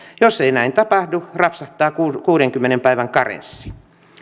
jos ei näin tapahdu rapsahtaa kuudenkymmenen päivän karenssi